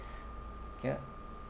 ya